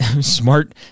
smart